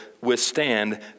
withstand